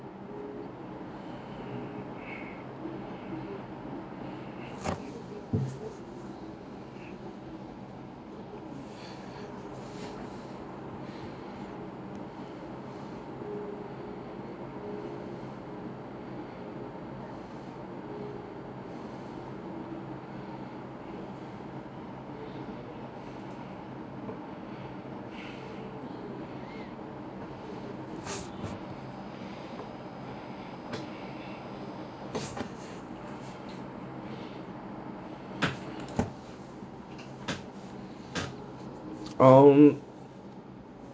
um